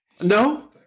No